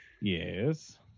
Yes